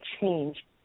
change